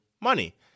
money